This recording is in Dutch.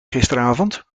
gisteravond